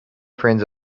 friends